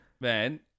Man